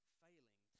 failing